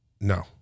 No